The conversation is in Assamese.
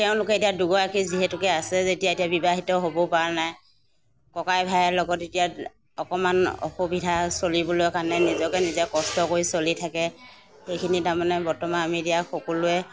তেওঁলোকে এতিয়া দুগৰাকী যিহেতুকে আছে যেতিয়া এতিয়া বিবাহিত হ'ব পৰা নাই ককাই ভাই লগত এতিয়া অকণমান অসুবিধা চলিবলৈ কাৰণে নিজকে নিজে কষ্ট কৰি চলি থাকে সেইখিনি তাৰমানে বৰ্তমান আমি এতিয়া সকলোৱে